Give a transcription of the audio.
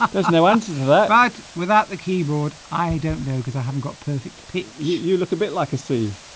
ah there's no answer right right without the keyboard i don't know because i haven't got perfect pitch you look a bit like a sea